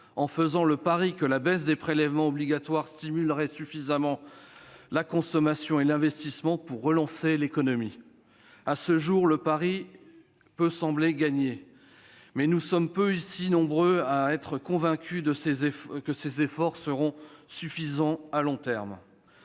en faisant le pari que la baisse des prélèvements obligatoires stimulerait suffisamment la consommation et l'investissement pour relancer l'économie. À ce jour, le pari peut sembler gagné. Mais nous sommes peu nombreux dans cette enceinte à être convaincus que ces efforts seront suffisants à long terme.